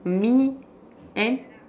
me and